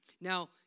Now